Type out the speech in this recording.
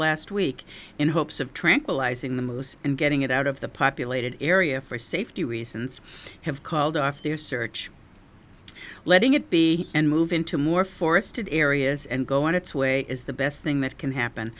last week in hopes of tranquilizing the moose and getting it out of the populated area for safety reasons have called off their search letting it be and move into more forested areas and go on its way is the best thing that can happen